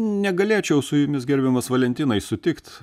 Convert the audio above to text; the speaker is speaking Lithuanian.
negalėčiau su jumis gerbiamas valentinai sutikt